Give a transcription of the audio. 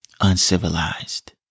uncivilized